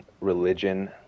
Religion